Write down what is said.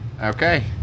Okay